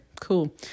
cool